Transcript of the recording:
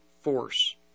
force